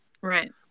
right